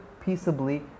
peaceably